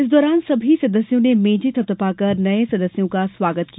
इस दौरान सभी सदस्यों ने मेजे थपथपाकर नये सदस्यों का स्वागत किया